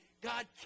God